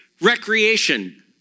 recreation